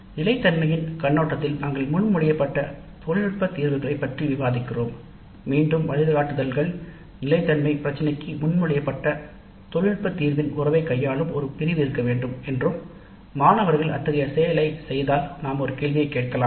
நிலைத்தன்மை கண்ணோட்டத்தில் எங்களால் முன்மொழியப்பட்ட தொழில்நுட்ப தீர்வுகளை விவாதிக்கிறோம் முன்மொழியப்பட்ட தொழில்நுட்ப தீர்வுகளும் நிலைத்தன்மை குறித்த பண்புகளுக்கும் இடையிலுள்ள தொடர்புகளை விளக்க தனித் துறை வேண்டும் என்று வழிகாட்டுதல் இருந்தால் நாம் ஒரு கேள்வி கேட்கலாம்